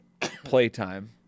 Playtime